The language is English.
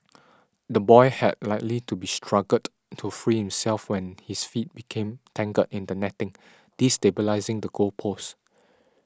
the boy had likely to be struggled to free himself when his feet became tangled in the netting destabilising the goal post